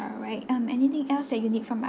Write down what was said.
alright um anything else that you need from